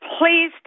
Please